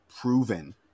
proven